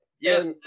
Yes